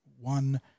one